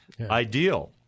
IDEAL